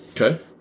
Okay